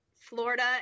Florida